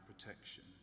protection